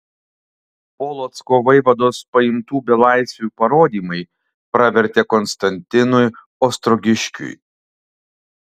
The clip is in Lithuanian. polocko vaivados paimtų belaisvių parodymai pravertė konstantinui ostrogiškiui